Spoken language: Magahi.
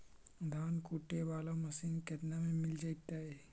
धान कुटे बाला मशीन केतना में मिल जइतै?